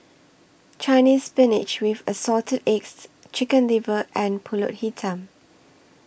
Chinese Spinach with Assorted Eggs Chicken Liver and Pulut Hitam